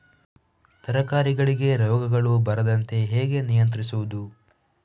ತರಕಾರಿಗಳಿಗೆ ರೋಗಗಳು ಬರದಂತೆ ಹೇಗೆ ನಿಯಂತ್ರಿಸುವುದು?